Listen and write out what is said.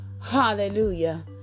Hallelujah